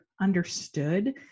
understood